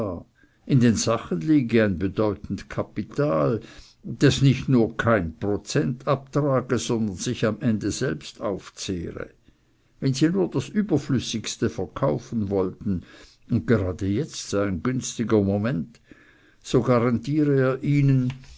in den sachen liege ein bedeutend kapital das nicht nur kein prozent abtrage sondern sich am ende selbst aufzehre wenn sie nur das überflüssigste verkaufen wollten und gerade jetzt sei ein günstiger moment so garantiere er ihnen